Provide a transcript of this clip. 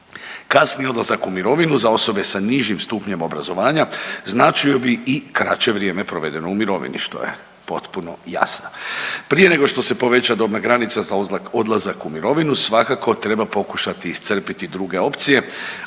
Kasniji odlazak u mirovinu za osobe sa nižim stupnjem obrazovanja značio bi i kraće vrijeme provedeno u mirovini, što je potpuno jasno. Prije nego što se poveća dobna granica za odlazak u mirovinu svakako treba pokušati iscrpiti druge opcije